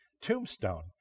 tombstone